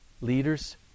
Leaders